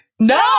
No